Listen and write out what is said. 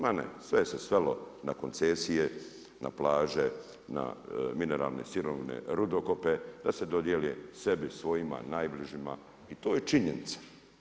Ma ne, sve je se svelo na koncesije, na plaže, na mineralne sirovine rudokope da se dodijeli sebi, svojima najbližima i to je činjenica.